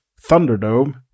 Thunderdome